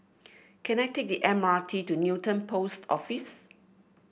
can I take the M R T to Newton Post Office